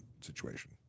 situation